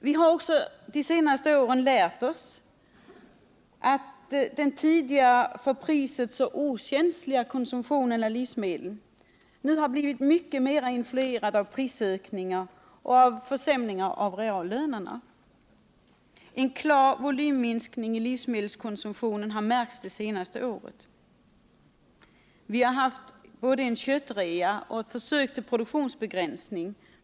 Vi har de senaste åren också lärt oss att den för priset tidigare så okänsliga konsumtionen av livsmedel nu har blivit mycket mer influerad av prisökningar och försämringar av reallönerna. En klar volymminskning i livsmedelskonsumtionen har märkts det senaste året. Vi har haft både en köttrea och ett försök till produktionsbegränsning.